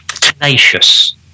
tenacious